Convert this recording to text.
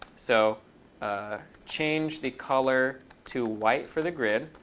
so change the color to white for the grid.